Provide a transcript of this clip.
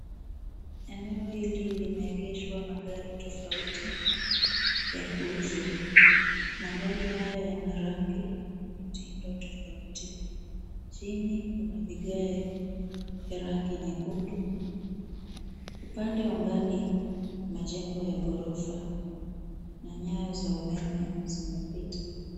Eneo hili limeegeshwa magari tofauti ya kuuzwa. Magari haya yana rangi na mitindo tofauti. Chini kuna vigae vya rangi nyekundu. Upande wa mbali majengo ya ghorofa na nyaya za umeme zimepita.